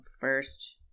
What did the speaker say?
first